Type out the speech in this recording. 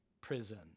prison